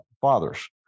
fathers